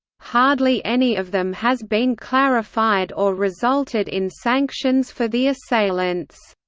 hardly any of them has been clarified or resulted in sanctions for the assailants.